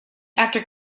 after